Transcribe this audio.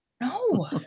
No